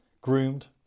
groomed